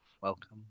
Welcome